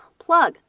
plug